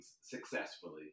successfully